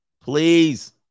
please